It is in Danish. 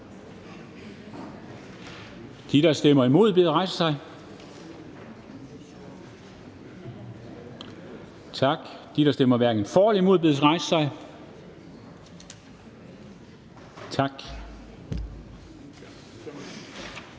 De, der stemmer imod, bedes rejse sig. Tak. De, der stemmer hverken for eller imod, bedes rejse sig.